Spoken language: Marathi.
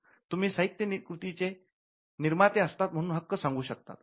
तुम्ही साहित्य कृतीचे निर्माते असतात म्हणून हक्क सांगू शकतात